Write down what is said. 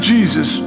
Jesus